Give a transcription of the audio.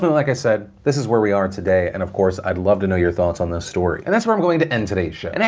like i said this is where we are today, and, of course, i'd love to know your thoughts on this story. and that's where i'm going to end today's show. and hey,